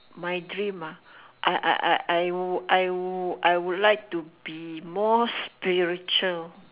my dream ah I I I I would I would I would like to be more spiritual